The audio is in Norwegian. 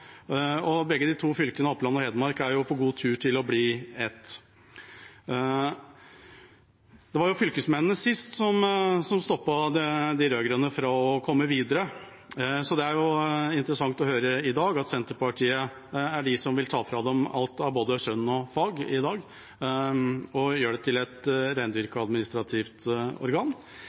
og begge de to fylkene Oppland og Hedmark er på god vei til å bli ett. Sist var det fylkesmennene som stoppet de rød-grønne fra å komme videre, så det er interessant å høre i dag at det er Senterpartiet som vil ta fra dem alt av både skjønn og fag og gjøre dem til et rendyrket administrativt organ.